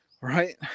right